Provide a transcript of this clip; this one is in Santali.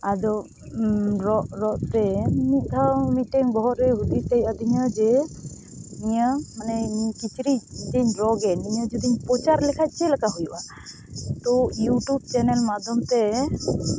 ᱟᱫᱚ ᱨᱚᱜ ᱨᱚᱜᱛᱮ ᱢᱤᱫ ᱫᱷᱟᱣ ᱢᱤᱫᱴᱮᱱ ᱵᱚᱦᱚᱜᱨᱮ ᱦᱩᱫᱤᱥ ᱦᱮᱡ ᱟᱫᱤᱧᱟ ᱡᱮ ᱤᱧᱟᱹᱜ ᱢᱟᱱᱮ ᱠᱤᱪᱨᱤᱡ ᱤᱧ ᱨᱚᱜᱽ ᱮᱫ ᱱᱤᱭᱟᱹ ᱡᱩᱫᱤ ᱯᱚᱪᱟᱨ ᱞᱮᱠᱷᱟᱱ ᱪᱮᱫᱞᱮᱠᱟ ᱦᱩᱭᱩᱜᱼᱟ ᱛᱳ ᱤᱭᱩᱴᱩᱵᱽ ᱪᱮᱱᱮᱞ ᱢᱟᱫᱽᱫᱷᱚᱢᱛᱮ